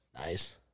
Nice